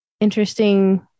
interesting